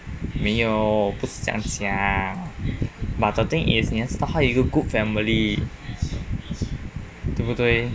没有不是这样讲 but the thing is 你要知道他有个 good family 对不对